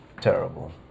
Terrible